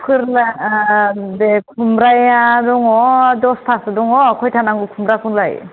फोरला बे खुमब्राया दङ' दसथासो दङ' खैथा नांगौ खुमब्राखौलाय